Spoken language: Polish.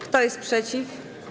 Kto jest przeciw?